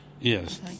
Yes